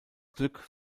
glück